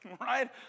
Right